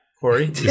Corey